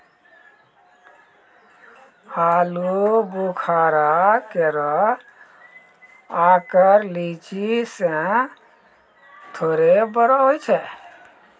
आलूबुखारा केरो आकर लीची सें थोरे बड़ो होय छै